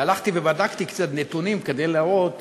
הלכתי ובדקתי קצת נתונים כדי להראות את